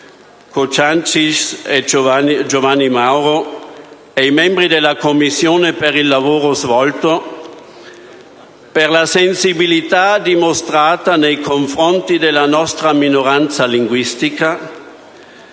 Cociancich, Giovanni Mauro e Cardinali, e tutti i membri della Commissione per il lavoro svolto e per la sensibilità dimostrata nei confronti della nostra minoranza linguistica